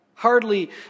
Hardly